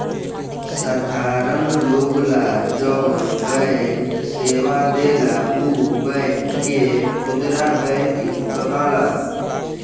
साधारण लोग ला जौन बैंक सेवा देला उ बैंक के खुदरा बैंकिंग कहाला